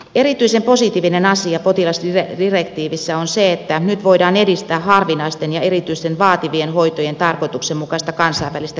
erityisen positiivinen asia potilasdirektiivissä on se että nyt voidaan edistää harvinaisten ja erityisen vaati vien hoitojen tarkoituksenmukaista kansainvälistä keskittämistä